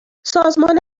سازمان